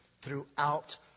throughout